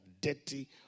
dirty